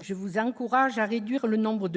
je vous encourage à en réduire le nombre,